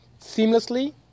seamlessly